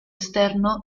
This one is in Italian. esterno